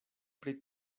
pri